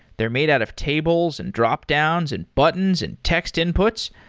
they're made out of tables, and dropdowns, and buttons, and text inputs.